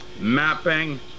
mapping